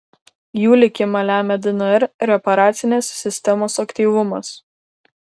jų likimą lemia dnr reparacinės sistemos aktyvumas